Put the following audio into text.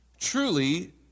Truly